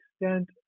extent